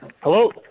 Hello